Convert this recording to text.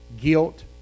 guilt